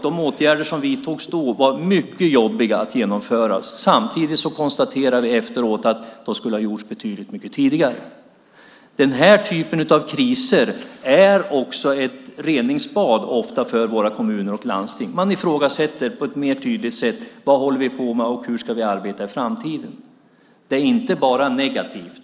De åtgärder som vidtogs då var mycket jobbiga att genomföra. Samtidigt konstaterade vi efteråt att de skulle ha gjorts betydligt tidigare. Den här typen av kriser är ofta också ett reningsbad för våra kommuner och landsting. Man ställer sig frågor på ett tydligare sätt: Vad håller vi på med, och hur ska vi arbeta i framtiden? Det är inte bara negativt.